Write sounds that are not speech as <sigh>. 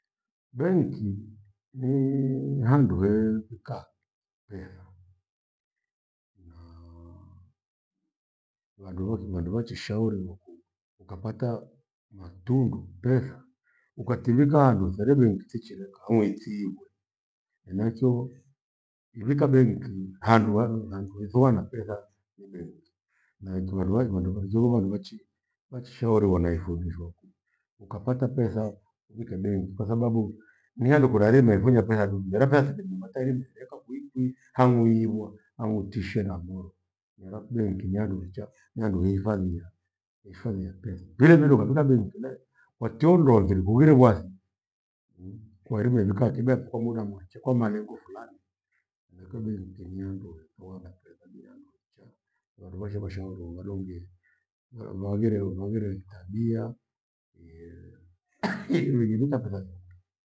Benki ni handu heewika petha naa vandu waki- vandu vachishauriwa ku- ukapata maundu petha ukatiwika handu theri benki tichirekaa hamwichiivwe. Henachio iwika benki handu- handu- handuwethoa na petha ni benki na ikiwa rua kivandu wakitholova luvachi vachishauriwa na ithomeshwa kwi. Ukapata petha uwike benki kwasabau ni handu kura rimevunya petha du mira petha tajima tairi nireka kwikwi hang'wi ighwa hang'u tishiwe na moro. Mira kubenki ni handu wecha ni handu wehifadhia- hefadhia petha. Vilevile ukafika benki le wationdoa mfiri kughirwe gwathi <hesitation> kwairima uvika akiba epho kwa muda mwacha kwa malengo fulani henachio benki ni handu hemboa nakriretha bihandu hecha vandu vache vashighoru vandumbie vaghire vaghire itabia ye <noise> petha za vandu